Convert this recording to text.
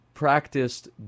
practiced